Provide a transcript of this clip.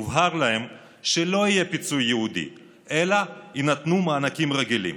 הובהר להם שלא יהיה פיצוי ייעודי אלא יינתנו מענקים רגילים.